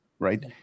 right